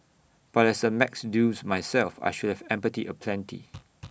but as A maths dunce myself I should have empathy aplenty